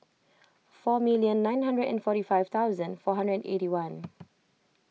four million nine hundred and forty five thousand four hundred and eighty one